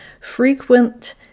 frequent